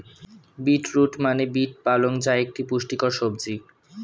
beet root মানে beet পালং যা একটি পুষ্টিকর সবজি